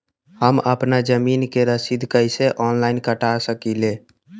हम अपना जमीन के रसीद कईसे ऑनलाइन कटा सकिले?